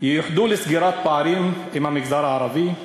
ייוחדו לסגירת פערים עם המגזר הערבי?